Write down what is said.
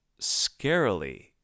scarily